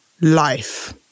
life